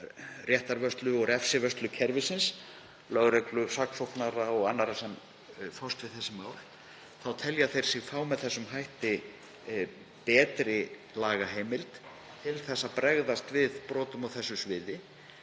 réttarvörslu og refsivörslukerfisins, lögreglu, saksóknara og annarra sem fást við þessi mál, þá telja þeir sig fá með þessum hætti betri lagaheimild til að bregðast við brotum á þessu sviði.